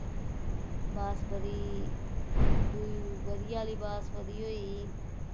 बासमती दूई बधिया आह्ली बासबती होई गेई